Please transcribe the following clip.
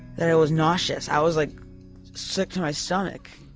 that i was nauseous i was like sick to my stomach.